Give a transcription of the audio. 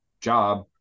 job